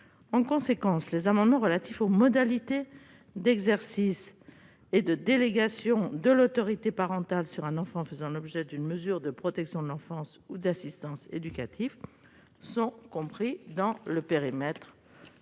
Par conséquent, les amendements relatifs aux modalités d'exercice et de délégation de l'autorité parentale concernant un enfant faisant l'objet d'une mesure de protection de l'enfance ou d'assistance éducative sont compris dans le périmètre